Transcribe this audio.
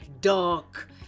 dark